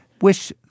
wish